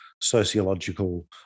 sociological